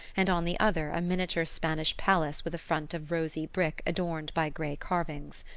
and on the other a miniature spanish palace with a front of rosy brick adorned by grey carvings.